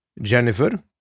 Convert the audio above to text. Jennifer